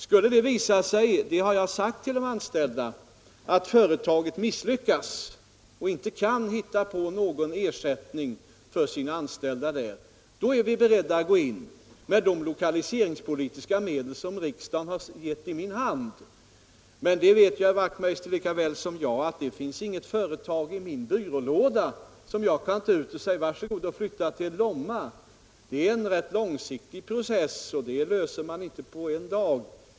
Skulle det visa sig — det har jag sagt till de anställda — att företaget misslyckas och inte kan finna något ersättningsarbete för sina anställda där i Lomma, är vi beredda att gå in med de lokaliseringspolitiska medel som riksdagen har lagt i min hand. Men herr Wachtmeister vet lika väl som jag att det inte finns något företag i min byrålåda som jag kan ta ut och säga till: Var så god och flytta till Lomma! Lokalisering är en rätt långsiktig process. En sådan fråga löser man inte på en dag.